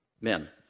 men